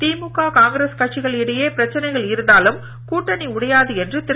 திமுக Congress கட்சிகள் இடையே பிரச்சனைகள் இருந்தாலும் கூட்டணி உடையாது என்று திரு